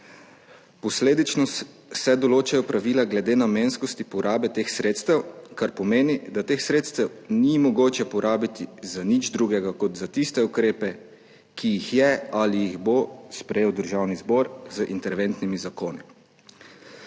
Posledično se določajo pravila glede namenskosti porabe teh sredstev, kar pomeni, da teh sredstev ni mogoče porabiti za nič drugega kot za tiste ukrepe, ki jih je ali jih bo sprejel Državni zbor z interventnimi zakoni.